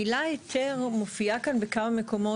המילה "היתר" מופיעה כאן בכמה מקומות.